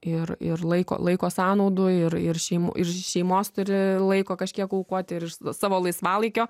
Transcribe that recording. ir ir laiko laiko sąnaudų ir ir šeimų ir šeimos turi laiko kažkiek aukoti ir savo laisvalaikio